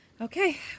Okay